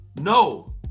No